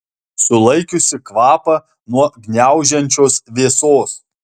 sulaikiusi kvapą nuo gniaužiančios vėsos